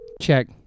check